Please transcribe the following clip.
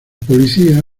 policía